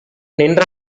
நின்ற